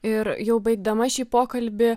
ir jau baigdama šį pokalbį